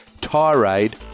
tirade